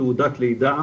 תעודת לידה,